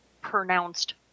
pronounced